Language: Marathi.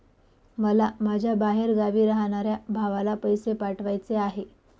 मला माझ्या बाहेरगावी राहणाऱ्या भावाला पैसे पाठवायचे आहे